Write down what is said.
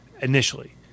initially